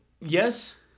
Yes